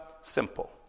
simple